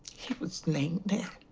was laying there.